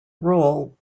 role